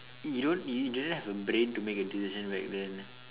you don't you didn't have a brain to make a decision back then